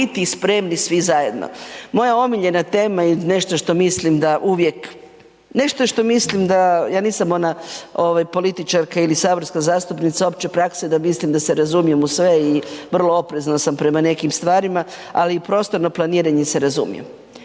biti i spremni svi zajedno. Moja omiljena tema je i nešto što mislim da uvijek, nešto što mislim da, ja nisam ona političarka ili saborska zastupnica opće prakse da mislim da se razumijem u sve i vrlo oprezna sam prema nekim stvarima. Ali u prostorno planiranje se razumijem